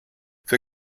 für